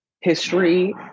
history